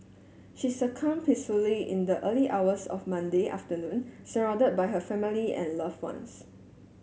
she succumb peacefully in the early hours of Monday afternoon surrounded by her family and loved ones